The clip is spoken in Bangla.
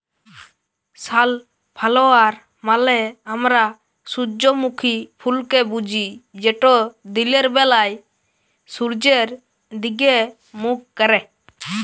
সালফ্লাওয়ার মালে আমরা সূজ্জমুখী ফুলকে বুঝি যেট দিলের ব্যালায় সূয্যের দিগে মুখ ক্যারে